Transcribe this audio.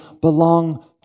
belong